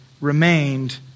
remained